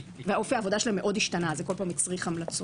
ואופי העבודה שלהם מאוד השתנה אז בכול פעם זה הצריך המלצות.